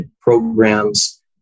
programs